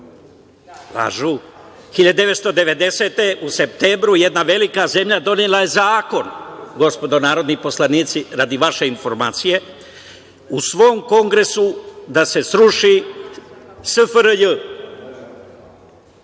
1990. godine jedna velika zemlja donela je zakon, gospodo narodni poslanici, radi vaše informacije, u svom Kongresu da se sruši SFRJ.Molim